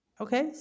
Okay